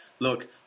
look